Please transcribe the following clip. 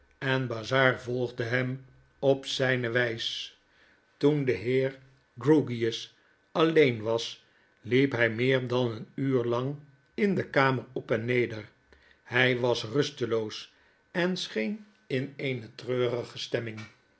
en bazzard volgde hem op zijne wys toen de heer grewgious alleen was liep hj meer dan een uur lang in de kamer op en neder hy was rusteloos en scheen in eene treurige stemming